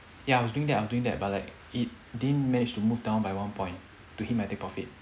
ya I was doing that I was doing that but like it didn't manage to move down by one point to hit my take profit